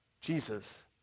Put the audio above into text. Jesus